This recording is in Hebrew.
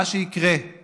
מה שיקרה הוא